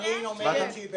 רשמה.